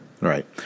right